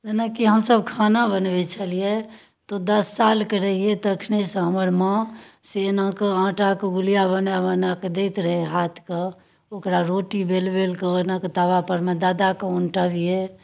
जेनाकि हमसभ खाना बनबै छलियै तऽ दस सालके रहियै तखनहिसँ हमर माँ से एना कऽ आँटाके गुलिआ बना बना कऽ दैत रहय हाथके ओकरा रोटी बेलि बेलि कऽ बना कऽ तवापर मे दऽ दऽ कऽ उनटबियै